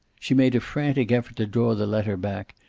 she made a frantic effort to draw the letter back,